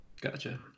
Gotcha